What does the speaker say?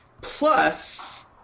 plus